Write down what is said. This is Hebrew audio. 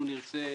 נרצה